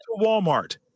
Walmart